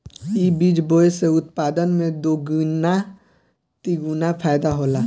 इ बीज बोए से उत्पादन में दोगीना तेगुना फायदा होला